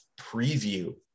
preview